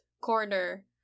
corner